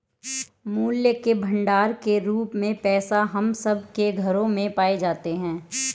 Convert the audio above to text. मूल्य के भंडार के रूप में पैसे हम सब के घरों में पाए जाते हैं